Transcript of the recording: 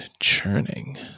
churning